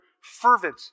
fervent